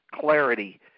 clarity